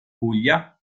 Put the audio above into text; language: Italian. puglia